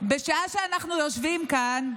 בשעה שאנחנו יושבים כאן,